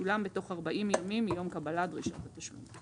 תשולם בתוך 40 ימים מיום קבלת דרישת התשלום."